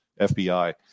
FBI